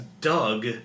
Doug